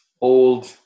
old